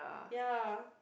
ya